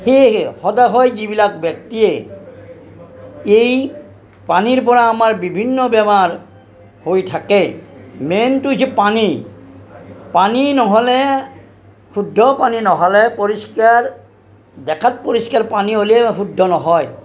সেয়েহে সদাশয় যিবিলাক ব্যক্তিয়ে এই পানীৰ পৰা আমাৰ বিভিন্ন বেমাৰ হৈ থাকে মেইনটো হৈছে পানী পানী নহ'লে শুদ্ধ পানী নহ'লে পৰিষ্কাৰ দেখাত পৰিষ্কাৰ পানী হ'লে শুদ্ধ নহয়